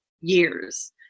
years